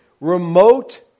remote